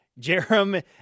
Jerem